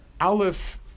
Aleph